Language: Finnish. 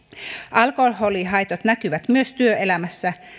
alkoholihaitat näkyvät myös työelämässä